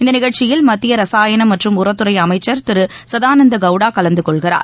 இந்த நிகழ்ச்சியில் மத்திய ரசாயனம் மற்றும் உரத்துறை அமைச்சர் திரு சதானந்த கவுடா கலந்து கொள்கிறார்